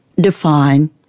define